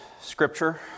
scripture